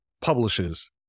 publishes